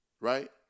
Right